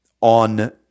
on